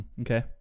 Okay